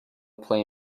play